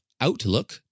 outlook